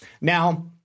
Now